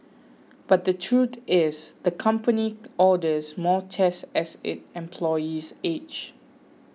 but the truth is the company orders more tests as its employees age